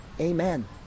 Amen